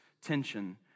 tension